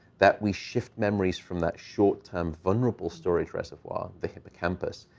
that we shift memories from that short-term vulnerable storage reservoir, the hippocampus,